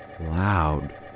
loud